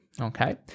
Okay